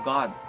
God